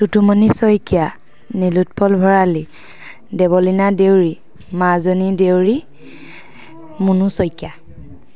Tutumoni Saikia Nilotpal Bhorali Devlina Deori Majoni Deori Munu Saikia